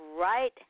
right